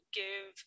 give